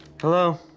Hello